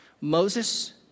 Moses